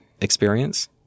experience